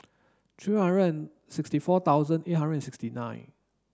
three hundred sixty four thousand eight hundred and sixty nine